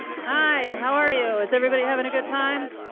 hi, how are you? is everybody having a good time?